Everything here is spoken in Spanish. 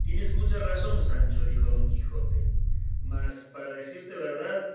tienes mucha razón sancho dijo don quijote mas para decirte verdad